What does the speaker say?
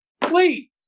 please